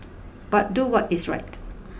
but do what is right